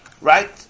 right